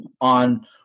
on